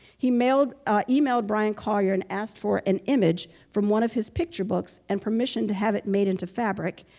emailed ah emailed bryan collier and asked for an image from one of his picture books and permission to have it made into fabric,